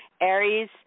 Aries